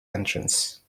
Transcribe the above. entrance